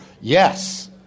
Yes